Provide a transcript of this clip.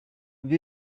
will